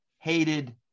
hated